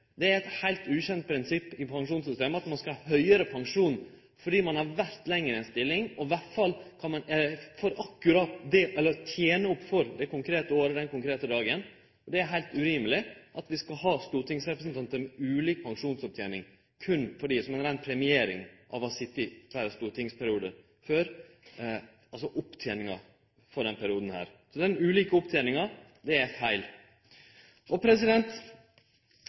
Det er eit heilt ukjent prinsipp i pensjonssystemet at ein skal ha høgare pensjon fordi ein har vore lenger i ei stilling, eller tene opp for det konkrete året den konkrete dagen. Det er heilt urimeleg at vi skal ha stortingsrepresentantar med ulik pensjonsopptening, berre som ei rein premiering for å ha sete i fleire stortingsperiodar før – altså oppteninga for denne perioden. Så det vert feil med den ulike oppteninga. Forholdet til Grunnlova er ekstremt viktig, og